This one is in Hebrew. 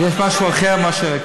יש משהו אחר מאשר,